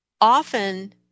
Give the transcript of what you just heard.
often